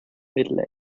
middle